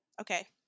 okay